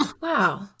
Wow